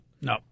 no